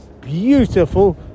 beautiful